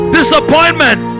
disappointment